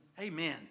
Amen